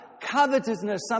covetousness